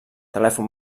telèfon